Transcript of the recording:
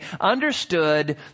understood